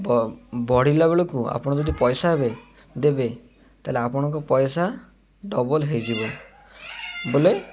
ବଢ଼ିଲା ବେଳକୁ ଆପଣ ଯଦି ପଇସା ହେବେ ଦେବେ ତାହେଲେ ଆପଣଙ୍କ ପଇସା ଡବଲ୍ ହୋଇଯିବ ବୋଲେ